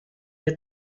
nie